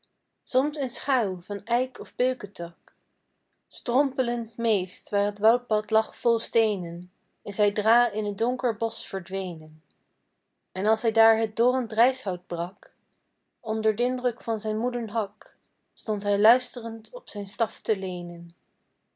soms in schaûw van eik of beuketak strompelend meest waar t woudpad lag vol steenen is hij dra in t donker bosch verdwenen en als daar het dorrend rijshout brak onder d'indruk van den moeden hak stond hij luisterend op zijn staf te leenen